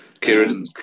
Kieran